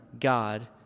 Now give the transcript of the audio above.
God